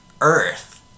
Earth